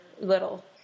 little